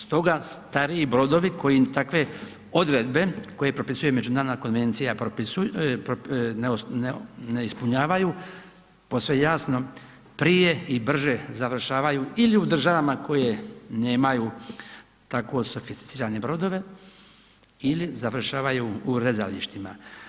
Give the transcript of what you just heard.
Stoga stariji brodovi koji takve odredbe koje propisuje Međunarodna konvencija ne ispunjavaju posve jasno prije i brže završavaju ili u državama koje nemaju tako sofisticirane brodove ili završavaju u rezalištima.